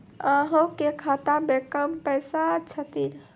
अहाँ के खाता मे कम पैसा छथिन?